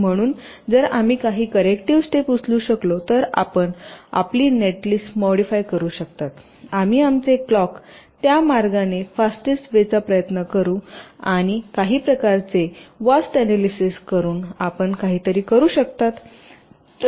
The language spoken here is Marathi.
म्हणून जर आम्ही काही करेक्टिव्ह स्टेप उचलू शकलो तर आपण आपली नेटलिस्ट मॉडिफाय करू शकता आम्ही आमचे क्लॉक त्या मार्गाने फास्टेस्ट वे चा प्रयत्न करू आणि काही प्रकारचे वर्स्ट एनालिसिस करून आपण काहीतरी करू शकता